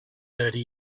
thirty